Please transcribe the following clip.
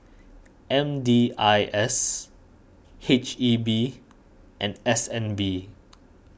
M D I S H E B and S N B